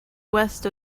west